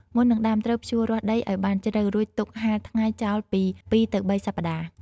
មុននឹងដាំ ត្រូវភ្ជួររាស់ដីឲ្យបានជ្រៅ រួចទុកហាលថ្ងៃចោលពី ២ ទៅ ៣ សប្ដាហ៍។